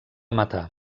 matar